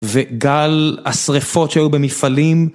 וגל השריפות שהיו במפעלים